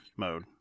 mode